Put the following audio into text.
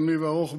בינוני וארוך,